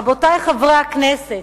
רבותי חברי הכנסת,